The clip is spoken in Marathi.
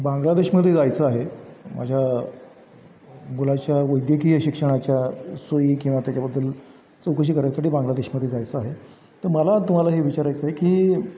बांग्लादेशमध्ये जायचं आहे माझ्या मुलाच्या वैद्यकीय शिक्षणाच्या सोयी किंवा त्याच्याबद्दल चौकशी करायसाठी बांग्लादेशमध्ये जायचं आहे तर मला तुम्हाला हे विचारायचं आहे की